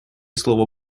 слово